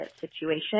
situation